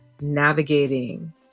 navigating